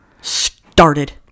started